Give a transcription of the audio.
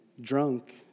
Drunk